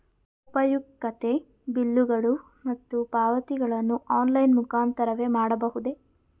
ಉಪಯುಕ್ತತೆ ಬಿಲ್ಲುಗಳು ಮತ್ತು ಪಾವತಿಗಳನ್ನು ಆನ್ಲೈನ್ ಮುಖಾಂತರವೇ ಮಾಡಬಹುದೇ?